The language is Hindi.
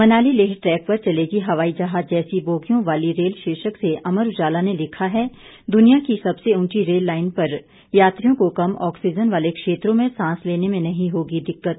मनाली लेह ट्रैक पर चलेगी हवाई जहाज जैसी बोगियों वाली रेल शीर्षक से अमर उजाला ने लिखा है दुनिया की सबसे उंची रेललाइन पर यात्रियों को कम आक्सीजन वाले क्षेत्रों में सांस लेने में नहीं होगी दिक्कत